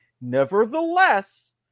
Nevertheless